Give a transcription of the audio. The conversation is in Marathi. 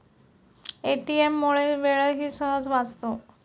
ए.टी.एम मुळे वेळही सहज वाचतो